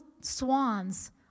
swans